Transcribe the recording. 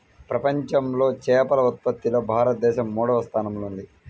ప్రపంచంలో చేపల ఉత్పత్తిలో భారతదేశం మూడవ స్థానంలో ఉంది